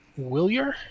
Willier